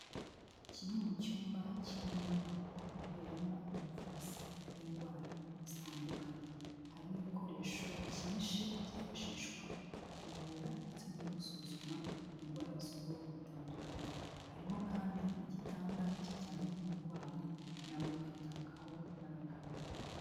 Kimwe mu cyumba kiri mu nyubako iberamo ubuvuzi bw'indwara zitandukanye, harimo ibikoresho byinshi byifashishwa mu kuvura ndetse no mu gusuzuma indwara z'ubwoko butandukanye, harimo kandi igitanda kiryamyeho umurwayi uri kwitabwaho n'abaganga.